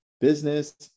business